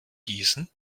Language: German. gießen